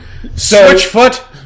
Switchfoot